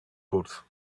boots